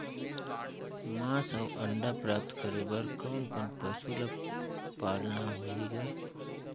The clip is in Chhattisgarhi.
मांस अउ अंडा प्राप्त करे बर कोन कोन पशु ल पालना होही ग?